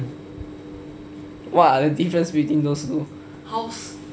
what are difference between those two